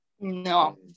No